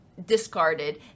discarded